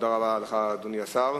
תודה רבה לך, אדוני השר.